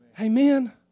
Amen